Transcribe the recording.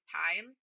time